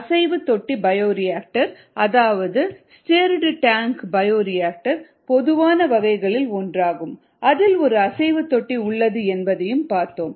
அசைவு தொட்டி பயோரியாக்டர் அதாவது ஸ்டிர்டு டேங்க் பயோரியாக்டர் பொதுவான வகைகளில் ஒன்றாகும் அதில் ஒரு அசைவு தொட்டி உள்ளது என்பதையும் பார்த்தோம்